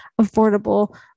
affordable